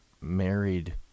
married